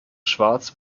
schwarz